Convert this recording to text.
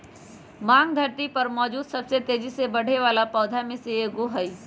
भांग धरती पर मौजूद सबसे तेजी से बढ़ेवाला पौधा में से एगो हई